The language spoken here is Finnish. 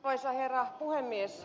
arvoisa herra puhemies